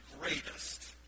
greatest